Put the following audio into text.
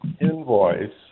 invoice